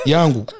Yangu